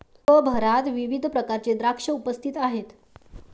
जगभरात विविध प्रकारचे द्राक्षे उपस्थित आहेत